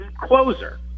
closer